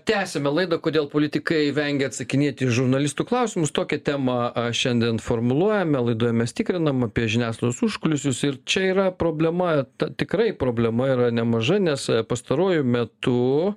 tęsiame laidą kodėl politikai vengia atsakinėt į žurnalistų klausimus tokią temą šiandien formuluojame laidoje mes tikrinam apie žiniasklaidos užkulisius ir čia yra problema ta tikrai problema yra nemaža nes pastaruoju metu